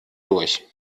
durch